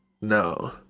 No